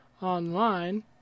Online